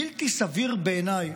בלתי סביר בעיניי,